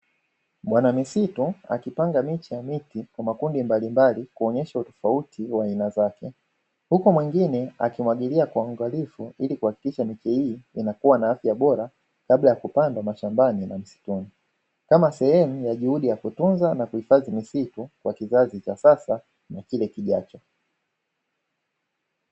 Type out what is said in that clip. Bwana misitu akipanga miche yaa miti kwa makundi mbalimbali kuonyesha utofauti wa aina zake huku mwengine, huku akimwagilia kwa uangalifu, ili kuhakikisha miti hii inakua na afya bora kabla ya kupanda shambani na msituni kama sehemu ya juhudi ya kutunza na kuhifadhi misitu kwa kizazi cha sasa na kile kijacho.